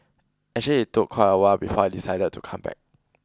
actually it took quite a while before I decided to come back